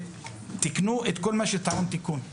תיקנו את כל מה שטעון תיקון,